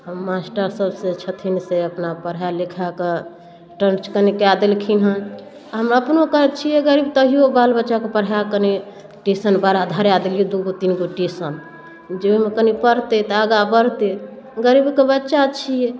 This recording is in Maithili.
हम मास्टरसबसँ छथिन से अपना पढ़ा लिखाकऽ टञ्च कनि कऽ देलखिन हँ हम अपनो छिए गरीब तैओ बाल बच्चाके पढ़ाकऽ कनि ट्यूशन बड़ा धरा देलिए दुइ गो तीन गो ट्यूशन जे ओहिमे कनि पढ़तै तऽ आगाँ बढ़तै गरीबके बच्चा छिए